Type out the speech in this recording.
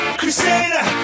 crusader